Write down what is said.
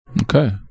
Okay